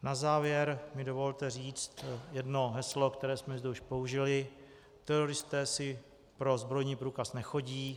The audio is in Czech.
Na závěr mi dovolte říci jedno heslo, které jsme zde již použili: teroristé si pro zbrojní průkaz nechodí.